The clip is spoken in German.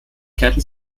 kehrten